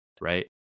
right